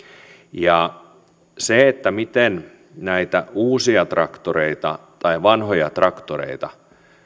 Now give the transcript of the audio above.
se miten näitä uusia traktoreita tai vanhoja traktoreita